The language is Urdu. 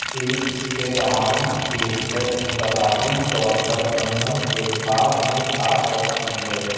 ایک استدعائی پیشکس متبادل طور پر فرنم کے پعد میں آ سکتی ہے